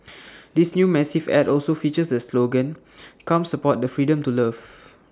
this new massive Ad also features the slogan come support the freedom to love